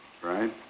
right